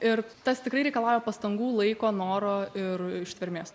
ir tas tikrai reikalauja pastangų laiko noro ir ištvermės